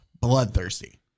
bloodthirsty